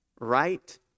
right